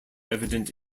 evident